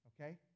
okay